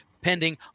pending